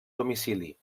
domicili